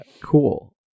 Cool